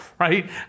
right